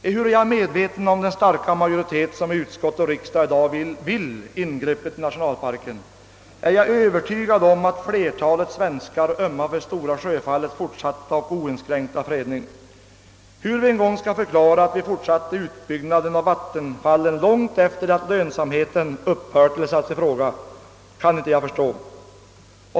Ehuru jag är medveten om den starka majoritet som i utskott och riksdag i dag vill företa ett ingrepp i nationalparken, är jag övertygad om att flertalet svenskar ömmar för Stora Sjöfallets fortsatta och oinskränkta fridlysning. Hur vi en gång skall kunna förklara att vi fortsatte utbyggnaden av vattenfallen långt efter det att lönsamheten satts i fråga kan inte jag förstå.